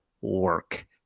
work